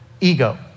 ego